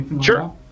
Sure